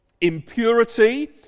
impurity